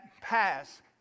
pass